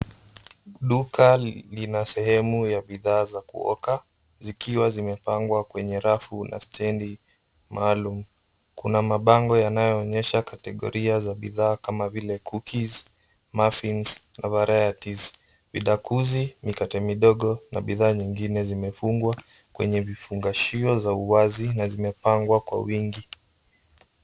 Duka lina sehemu ya bidhaa za kuoka, zikiwa zimepangwa kwenye rafu na stendi maalumu. Kuna mabango yanayoonyesha kategoria za bidhaa kama vile, cookies , muffins , na varieties . Vidakuzi, mikate midogo, na bidhaa nyingine zimefungwa kwenye vifungashio za uwazi, na zimepangwa kwa wingi.